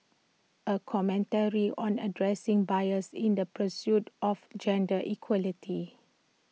A commentary on addressing bias in the pursuit of gender equality